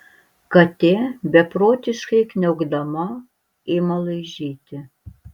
katė beprotiškai kniaukdama ima laižyti